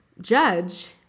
judge